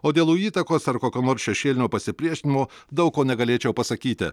o dėl jų įtakos ar kokio nors šešėlinio pasipriešinimo daug ko negalėčiau pasakyti